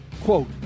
Quote